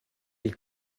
est